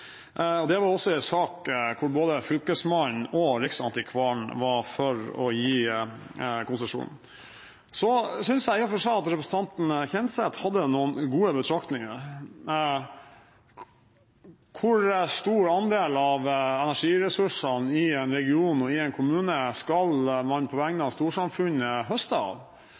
og dette var også en sak hvor både Fylkesmannen og Riksantikvaren var for å gi konsesjon. Jeg synes i og for seg at representanten Kjenseth hadde noen gode betraktninger: Hvor stor andel av energiressursene i en region og i en kommune skal man på vegne